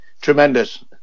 Tremendous